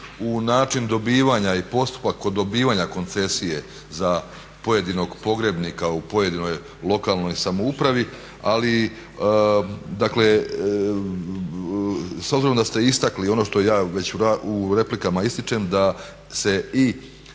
u način dobivanja i postupak kod dobivanja koncesije za pojedinog pogrebnika u pojedinoj lokalnoj samoupravi, ali dakle s obzirom da ste istakli ono što ja već u replikama ističem da se i